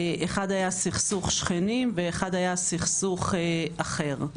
אחד היה סכסוך שכנים ואחד היה סכסוך אחר.